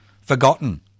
forgotten